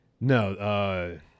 No